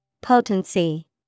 Potency